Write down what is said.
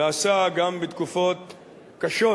ועשה, גם בתקופות קשות,